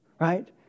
Right